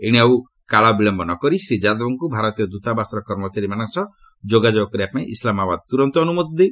ଏଣୁ ଆଉ ବିଳମ୍ବ ନ କରି ଶ୍ରୀ ଯାଦବଙ୍କୁ ଭାରତୀୟ ଦୂତାବାସର କର୍ମଚାରୀମାନଙ୍କ ସହ ଯୋଗାଯୋଗ କରିବାପାଇଁ ଇସ୍ଲାମାବାଦ ତୁରନ୍ତ ଅନୁମତି ଦେଉ